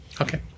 Okay